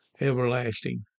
everlasting